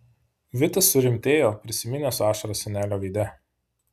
vitas surimtėjo prisiminęs ašaras senelio veide